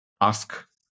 Ask